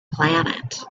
planet